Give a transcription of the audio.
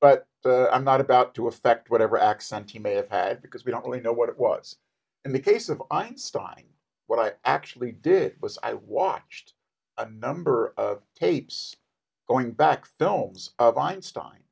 but i'm not about to effect whatever accent you may have had because we don't really know what it was in the case of einstein what i actually did was i watched a number of tapes going back films of einstein